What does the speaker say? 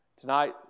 Tonight